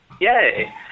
Yay